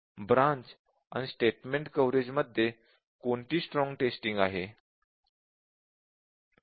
branch आणि statement coverage मध्ये कोणती स्ट्रॉंग टेस्टिंग आहे